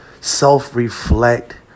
self-reflect